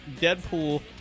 Deadpool